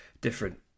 different